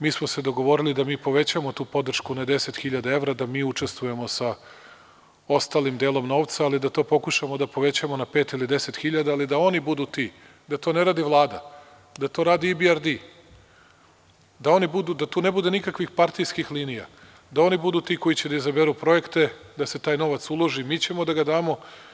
Mi smo se dogovorili da mi povećamo tu podršku na 10.000 evra, da mi učestvujemo sa ostalim delom novca, ali da to pokušamo da povećamo na pet ili deset hiljada, ali da oni budu ti, da to ne radi Vlada, da to radi EBRD, da tu ne bude nikakvih partijskih linija, da oni budu ti koji će da izaberu projekte da se taj novac uloži, a mi ćemo da ga damo.